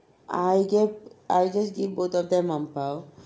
I gave I just gave both of them ang pao